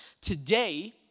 Today